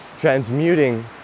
Transmuting